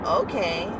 okay